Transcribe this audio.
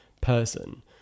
person